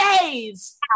days